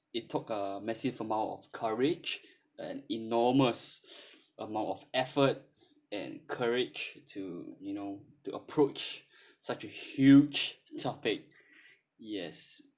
it took a massive amount of courage an enormous amount of effort and courage to you know to approach such a huge topic yes